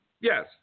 Yes